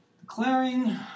Declaring